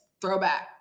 Throwback